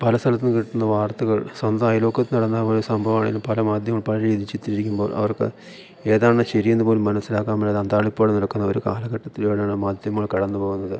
പല സലത്തുനിന്ന് കിട്ടുന്ന വാർത്തകൾ സ്വന്തം അയൽപ്പക്കത്ത് നടന്ന പോലൊരു സംഭവം ആണേലും പല മാധ്യമം പല രീതി ചിത്രീകരിക്കുമ്പോള് അവർക്ക് ഏതാണ് ശരിയെന്ന് പോലും മനസ്സിലാക്കാൻ മേലാത്ത അന്താളിപ്പുകൾ നടക്കുന്ന ഒരു കാലഘട്ടത്തിലൂടെയാണ് മാധ്യമങ്ങൾ കടന്നുപോകുന്നത്